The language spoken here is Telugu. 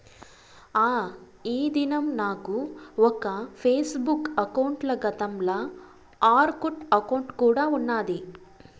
ఆ, ఈ దినం నాకు ఒక ఫేస్బుక్ బుక్ అకౌంటల, గతంల ఆర్కుట్ అకౌంటు కూడా ఉన్నాది